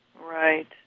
Right